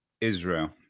israel